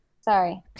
Sorry